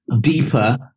deeper